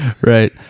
right